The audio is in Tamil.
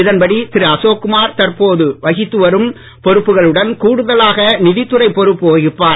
இதன்படி திரு அசோக்குமார் தற்போது வகித்து வரும் பொறுப்புகளுடன் கூடுதலாக நிதித்துறை பொறுப்பு வகிப்பார்